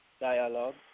dialogue